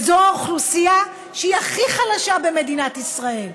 וזו האוכלוסייה שהיא הכי חלשה במדינת ישראל.